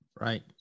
Right